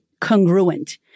congruent